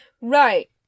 Right